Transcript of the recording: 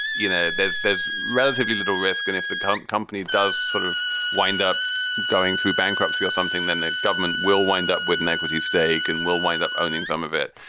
you know, there's there's relatively little risk and if the company does sort of wind up going through bankruptcy or something, then the government will wind up with an equity stake and will wind up owning some of it.